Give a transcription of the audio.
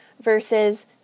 Versus